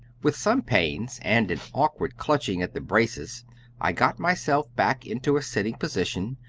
with some pains and an awkward clutching at the braces i got myself back into a sitting position,